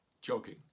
jogging